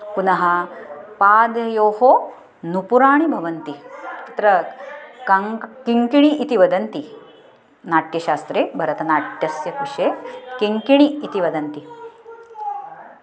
पुनः पादयोः नूपुराणि भवन्ति तत्र कङ्क् किङ्किणी इति वदन्ति नाट्यशास्त्रे भरतनाट्यस्य विषये किङ्किणी इति वदन्ति